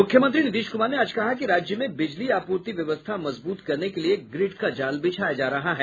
मुख्यमंत्री नीतीश कुमार ने आज कहा कि राज्य में बिजली आपूर्ति व्यवस्था मजबूत करने के लिए ग्रिड का जाल बिछाया जा रहा है